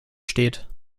steht